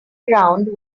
ground